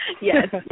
Yes